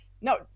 no